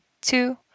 two